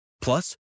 Plus